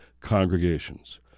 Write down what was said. congregations